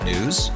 News